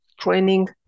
training